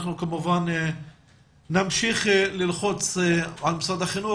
אנחנו כמובן נמשיך ללחוץ על משרד החינוך